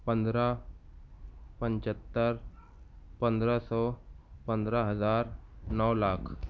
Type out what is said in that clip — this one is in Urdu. پندرہ پچھتر پندرہ سو پندرہ ہزار نو لاکھ